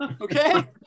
Okay